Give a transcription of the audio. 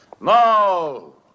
no